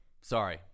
sorry